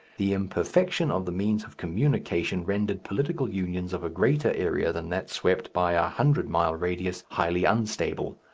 the imperfection of the means of communication rendered political unions of a greater area than that swept by a hundred-mile radius highly unstable.